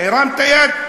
הרמת יד,